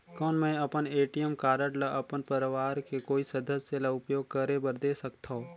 कौन मैं अपन ए.टी.एम कारड ल अपन परवार के कोई सदस्य ल उपयोग करे बर दे सकथव?